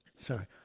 sorry